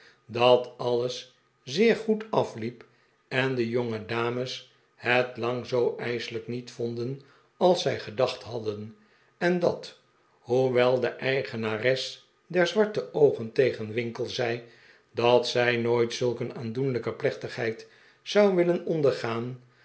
dat alles zeer goed afliep en de jongedames het lang zoo ijselijk niet vonden als zij gedacht hadden en dat hoewel de eigenares der zwarte oogen tegen winkle zei dat zij nooit zulk een aandoenlijke plechtigheid zou willen ondergaan